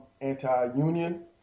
anti-union